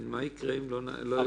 מה יקרה אם לא יאושרו התקנות, חן?